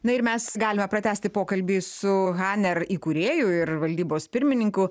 na ir mes galime pratęsti pokalbį su haner įkūrėju ir valdybos pirmininku